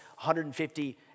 150